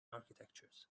architectures